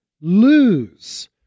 lose